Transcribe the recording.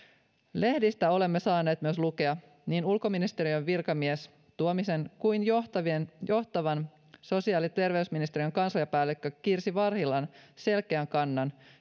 lehdistä olemme saaneet myös lukea niin ulkoministeriön virkamies tuomisen kuin johtavan johtavan virkamiehen sosiaali ja terveysministeriön kansliapäällikön kirsi varhilan selkeän kannan